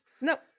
No